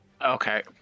Okay